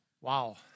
Wow